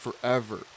forever